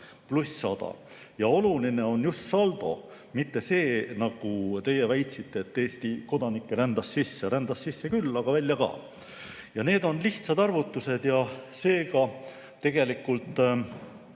ainult +100. Oluline on just saldo, mitte see, mida teie väitsite, et Eesti kodanikke rändas sisse. Rändas sisse küll, aga välja ka. Need on lihtsad arvutused. Seega, tegelikult